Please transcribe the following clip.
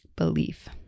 Belief